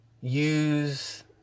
use